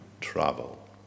Travel